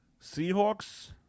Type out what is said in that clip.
Seahawks